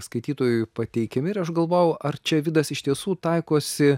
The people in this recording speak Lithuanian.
skaitytojui pateikiami ir aš galvojau ar čia vidas iš tiesų taikosi